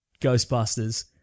Ghostbusters